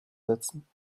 setzen